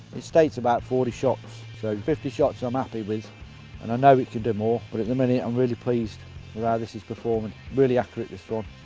it states about forty shots so fifty shots i'm happy pleased and i know it should do more but if the minute i'm really pleased with how ah this is performing. really accurate this one.